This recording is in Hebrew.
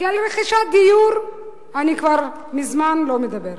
ועל רכישת דיור אני מזמן לא מדברת.